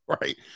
right